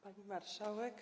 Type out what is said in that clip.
Pani Marszałek!